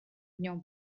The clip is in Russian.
днем